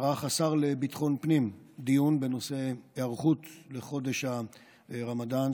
ערך השר לביטחון פנים דיון בנושא היערכות לחודש הרמדאן,